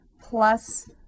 plus